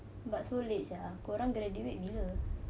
but so late sia korang graduate bila